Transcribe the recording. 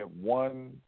one